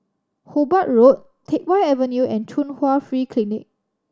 Hobart Road Teck Whye Avenue and Chung Hwa Free Clinic